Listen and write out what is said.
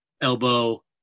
elbow